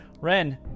Ren